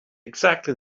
exactly